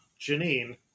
janine